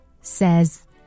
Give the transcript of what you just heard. says